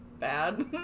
bad